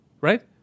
Right